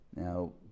Now